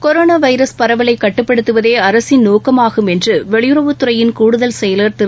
corona virus பரவலை கட்டுப்படுத்துவதே அரசின் நோக்கமாகும் என்று வெளியுறவுத்துறையின் கூடுதல் செயலர் திரு